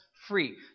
free